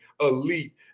elite